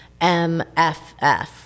MFF